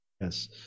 yes